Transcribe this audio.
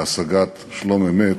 להשגת שלום אמת,